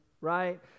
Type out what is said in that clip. right